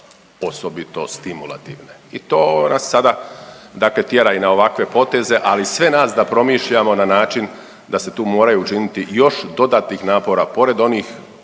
osobito stimulativne i to nas sada dakle tjera i na ovakve poteze, ali i sve nas da promišljamo na način da se tu moraju učiniti još dodatnih napora pored onih